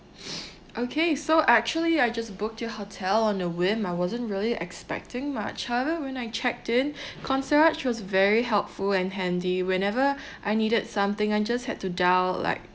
okay so actually I just booked your hotel on a whim I wasn't really expecting much however when I checked in concierge was very helpful and handy whenever I needed something I just had to dial like